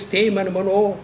statement about all